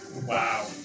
Wow